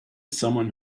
someone